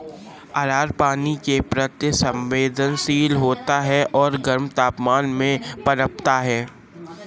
अरहर पानी के प्रति संवेदनशील होता है और गर्म तापमान में पनपता है